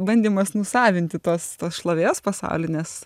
bandymas nusavinti tos tos šlovės pasaulinės